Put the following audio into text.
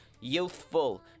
youthful